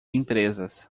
empresas